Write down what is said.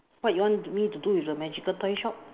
what you want me to do with the magical toy shop